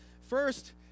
First